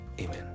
Amen